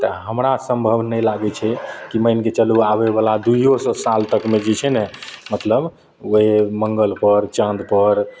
तऽ हमरा सम्भव नहि लागय छै कि मानिके चलू आबयवला दुइयो सओ साल तकमे जे छै ने मतलब ओइ मङ्गलपर चाँदपर